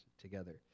together